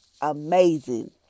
amazing